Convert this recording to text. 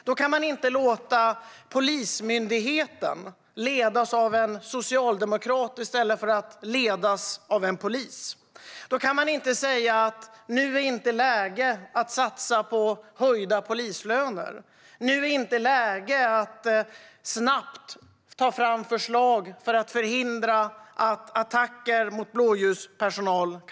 Då kan man inte låta Polismyndigheten ledas av en socialdemokrat i stället för att ledas av en polis. Då kan man inte säga att nu är inte läge att satsa på höjda polislöner eller att nu är inte läge att snabbt ta fram förslag för att förhindra attacker mot blåljuspersonal.